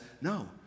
no